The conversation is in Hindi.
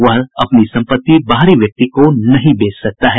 वह अपनी संपत्ति बाहरी व्यक्ति को नहीं बेच सकता है